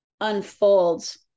unfolds